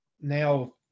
now